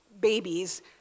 babies